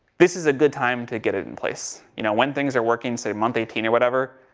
this is a good time to get it in place. you know, when things are working, say, month eighteen or whatever.